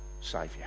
saviour